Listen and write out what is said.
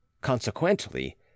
Consequently